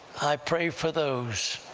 i pray for those